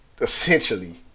essentially